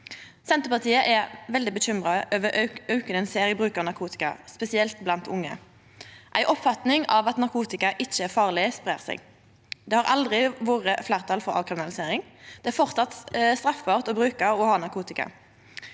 Senterpartiet er veldig bekymra over auken ein ser i bruken av narkotika, spesielt blant unge. Ei oppfatning av at narkotika ikkje er farleg, spreier seg. Det har aldri vore fleirtal for avkriminalisering. Det er framleis straffbart å bruka og å ha narkotika.